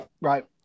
right